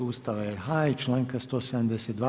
Ustava RH i članka 172.